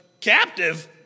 captive